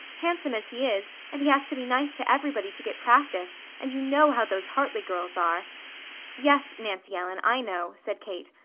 handsome as he is, and he has to be nice to everybody to get practice, and you know how those hartley girls are yes, nancy ellen, i know, said kate.